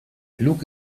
flug